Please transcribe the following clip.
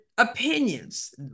opinions